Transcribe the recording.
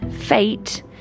fate